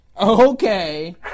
Okay